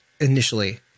initially